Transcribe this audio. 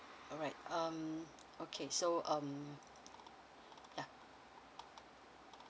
alright um okay so um yeah